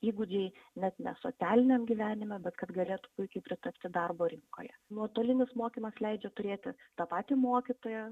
įgūdžiai net ne socialiniam gyvenime bet kad galėtų puikiai pritapti darbo rinkoje nuotolinis mokymas leidžia turėti tą patį mokytoją